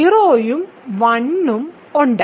ഇതിന് 0 ഉം 1 ഉം ഉണ്ട്